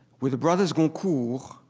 with the brothers goncourt,